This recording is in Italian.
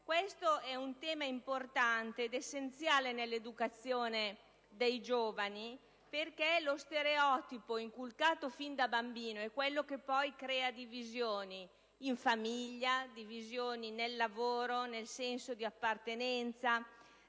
tratta di un tema importante ed essenziale nell'educazione dei giovani, perché lo stereotipo inculcato fin da bambini è quello che poi crea divisioni in famiglia, nel lavoro, nel senso di appartenenza,